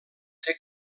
fer